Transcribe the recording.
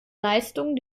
leistung